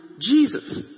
Jesus